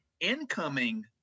incoming